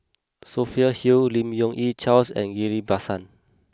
Sophia Hull Lim Yong Yi Charles and Ghillie Basan